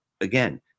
again